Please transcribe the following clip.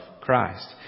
Christ